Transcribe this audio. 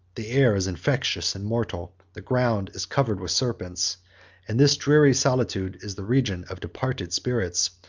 the air is infectious and mortal the ground is covered with serpents and this dreary solitude is the region of departed spirits,